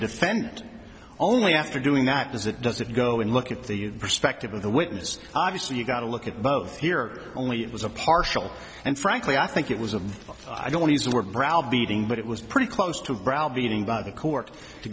defendant only after doing that does it does it go and look at the perspective of the witness obviously you've got to look at both here only it was a partial and frankly i think it was a i don't use the word browbeating but it was pretty close to brow beating by the court to